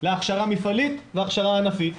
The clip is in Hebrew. להכשרה מפעלית והכשרה ענפית.